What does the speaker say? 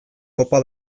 topa